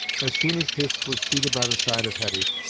as soon as hist was seated by the side of hetty,